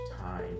time